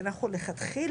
כי אנחנו מלכתחילה,